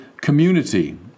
community